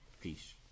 Peace